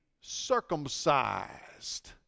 circumcised